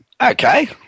okay